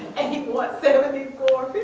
and he wants seventy four,